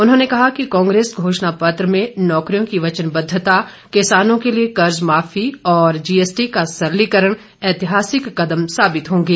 उन्होंने कहा कि कांग्रेस घोषणापत्र में नौकरियों की वचनबद्वता किसानों के लिए कर्ज माफी और जीएसटी का सरलीकरण एतिहासिक कदम साबित होंगे